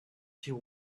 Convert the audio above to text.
she